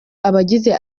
abagize